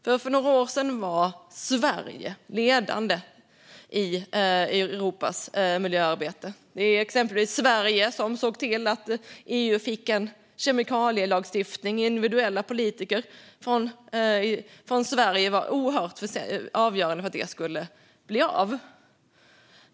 För några år sedan var Sverige ledande i Europas miljöarbete. Det var exempelvis Sverige som såg till att EU fick en kemikalielagstiftning. Individuella politiker från Sverige var oerhört avgörande för att det skulle bli av.